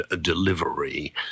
delivery